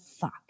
fuck